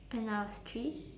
when I was three